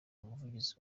umuvugizi